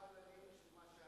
היה